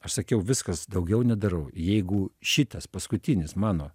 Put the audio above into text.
aš sakiau viskas daugiau nedarau jeigu šitas paskutinis mano